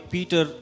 Peter